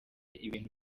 ibintu